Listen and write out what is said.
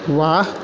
वाह